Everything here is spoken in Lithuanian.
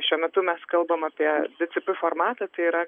šiuo metu mes kalbam apie d c p formatą tai yra